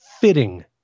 fitting